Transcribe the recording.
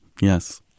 Yes